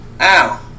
Ow